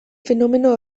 fenomeno